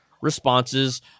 responses